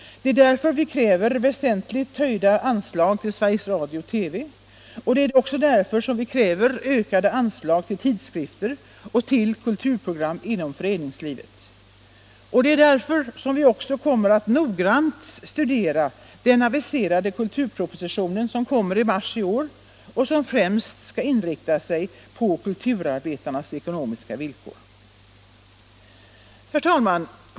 Det är därför vi kräver väsentligt höjda anslag till Sveriges Radio-TV, och det är också därför vi kräver ökade anslag till tidskrifter och till kulturprogram inom föreningslivet. Och det är därför som vi även noggrant kommer att studera den aviserade kulturproposition som kommer i mars i år och som främst skall inrikta sig på kulturarbetarnas ekonomiska villkor. Herr talman!